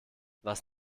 was